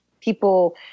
people